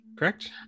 Correct